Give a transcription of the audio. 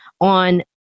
on